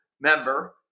member